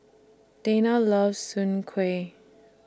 Dana loves Soon Kueh